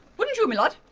wouldn't you, my lord?